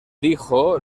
dijo